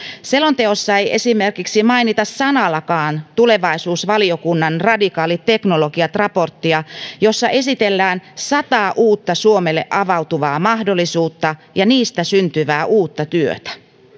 selonteossa ei esimerkiksi mainita sanallakaan tulevaisuusvaliokunnan radikaalit teknologiat raporttia jossa esitellään sata uutta suomelle avautuvaa mahdollisuutta ja niistä syntyvää uutta työtä